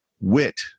Wit